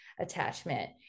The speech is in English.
attachment